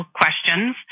questions